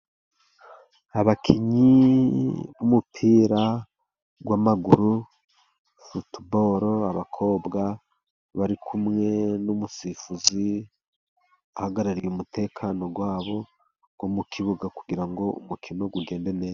Abakinnyi b'umupira w'amaguru futuboro. abakobwa bari kumwe n'umusifuzi uhagarariye umutekano wabo wo mu kibuga kugira ngo umukino ugende neza.